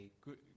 good